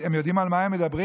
הם יודעים על מה הם מדברים?